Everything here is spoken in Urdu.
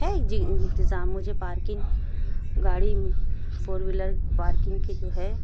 ہے جی انتظام مجھے پارکنگ گاڑی فور وہیلر پارکنگ کی جو ہے